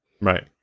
Right